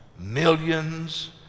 millions